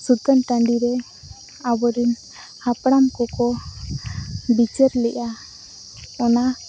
ᱥᱩᱛᱟᱹᱱ ᱴᱟᱺᱰᱤᱨᱮ ᱟᱵᱚᱨᱤᱱ ᱦᱟᱯᱲᱟᱢ ᱠᱚᱠᱚ ᱵᱤᱪᱟᱹᱨ ᱞᱮᱫᱼᱟ ᱚᱱᱟ